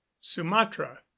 sumatra